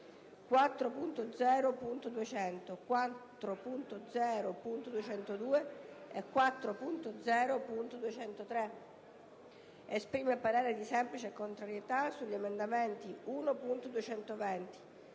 4.0.200, 4.0.202 e 4.0.203. Esprime parere di semplice contrarietà sugli emendamenti 1.220,